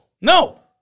No